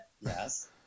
Yes